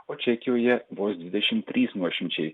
o čekijoje vos dvidešim trys nuošimčiai